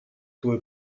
твой